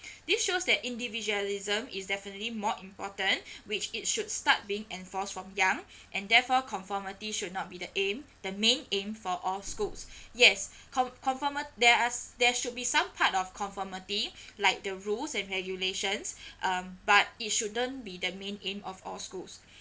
this shows that individualism is definitely more important which it should start being enforced from young and therefore conformity should not be the aim the main aim for all schools yes con~ conformi~ there uh s~ there should be some part of conformity like the rules and regulations um but it shouldn't be the main aim of all schools